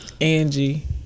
Angie